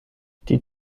die